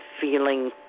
feeling